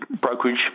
brokerage